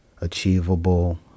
achievable